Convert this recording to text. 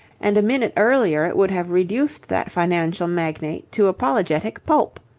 and a minute earlier it would have reduced that financial magnate to apologetic pulp.